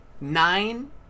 Nine